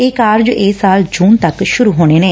ਇਹ ਕਾਰਜ ਇਸ ਸਾਲ ਜਨ ਤੱਕ ਸ਼ਰ ਹੋਣੇ ਨੇ